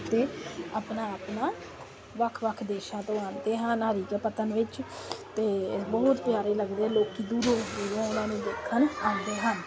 ਤੇ ਆਪਣਾ ਆਪਣਾ ਵੱਖ ਵੱਖ ਦੇਸ਼ਾਂ ਤੋਂ ਆਉਂਦੇ ਹਨ ਹਰੀ ਕੇ ਪੱਤਣ ਵਿੱਚ ਤੇ ਬਹੁਤ ਪਿਆਰੇ ਲੱਗਦੇ ਲੋਕੀਂ ਦੂਰੋਂ ਦੂਰੋਂ ਉਨ੍ਹਾਂ ਨੂੰ ਦੇਖਣ ਆਂਦੇ ਹਨ